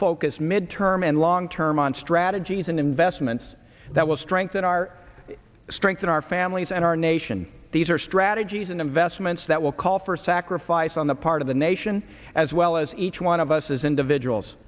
focus mid term and long term on strategies and investments that will strengthen our strengthen our families and our nation these are strategies in investments that will call for sacrifice on the part of the nation as well as each one of us as individuals